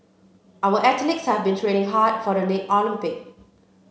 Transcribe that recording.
our athletes have been training hard for the next Olympic